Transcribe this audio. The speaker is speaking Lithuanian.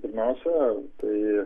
pirmiausia tai